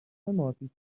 مارپیچی